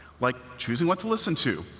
like choosing what to listen to,